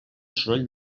soroll